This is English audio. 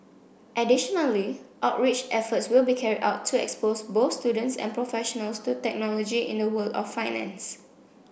additionally outreach efforts will be carried out to expose both students and professionals to technology in the world of finance